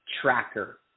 tracker